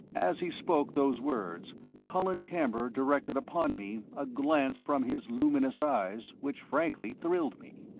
as he spoke those words colin camber directed upon me a glance from his luminous eyes which frankly thrilled me.